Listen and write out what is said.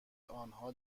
آنها